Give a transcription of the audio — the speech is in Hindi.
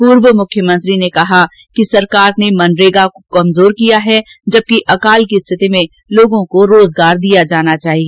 पूर्व मुख्यमंत्री ने कहा कि सरकार ने मनरेगा को कमजोर किया है जबकि अकाल की स्थिति में लोगों को रोजगार दिया जाना चाहिए